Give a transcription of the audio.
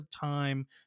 time